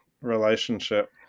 relationship